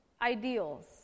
ideals